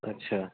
अच्छा